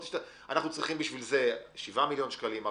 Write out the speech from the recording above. אנחנו צריכים בשביל זה 7 מיליון שקלים,